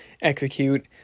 execute